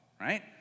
Right